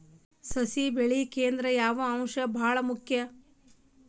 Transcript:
ಸಸಿ ಬೆಳಿಬೇಕಂದ್ರ ಯಾವ ಅಂಶ ಭಾಳ ಮುಖ್ಯ?